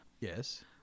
Yes